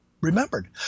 Remembered